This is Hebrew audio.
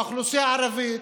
האוכלוסייה הערבית,